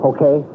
Okay